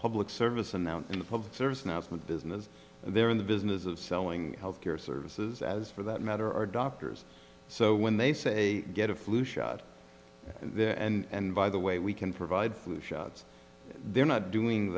public service announcement the public service announcement business they're in the business of selling health care services as for that matter are doctors so when they say get a flu shot there and by the way we can provide food shots they're not doing